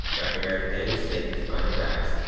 jack and meredith haynes, thank you for buying our bags.